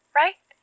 right